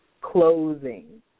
closing